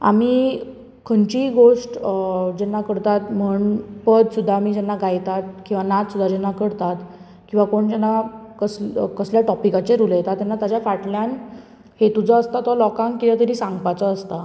आमी खंयचीय गोश्ट जेन्ना करतात पद सुद्दां आमी गायतात किंवा नाच सुद्दां जेन्ना करतात किंवा कोण जेन्ना कसलो कसल्याय टॉपिकाचेर उलयता तेन्ना ताच्या फाटल्यान हेतू जो आसता तो लोकांक कितें तरी सांगपाचो आसता